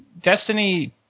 Destiny